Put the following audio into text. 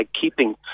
keeping